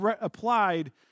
applied